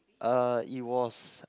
uh it was